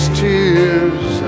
tears